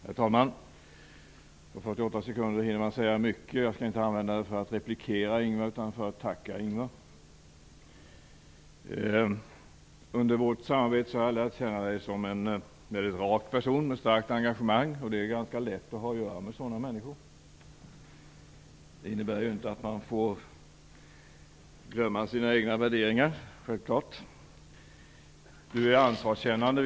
Herr talman! På 48 sekunder, som jag har kvar av min taletid, hinner man säga mycket. Jag skall inte använda tiden för att replikera Ingvar Carlsson utan för att tacka honom. Under vårt samarbete har jag lärt känna dig som en mycket rak person med ett starkt engagemang. Det är ganska lätt att ha att göra med sådana människor. Det innebär självklart inte att man får glömma sina egna värderingar. Du är ansvarskännande.